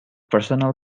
personal